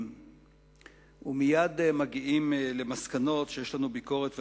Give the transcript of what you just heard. ומייד מגיעים למסקנות שיש לנו ביקורת,